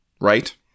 right